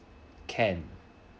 can